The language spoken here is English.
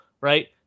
right